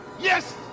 Yes